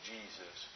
Jesus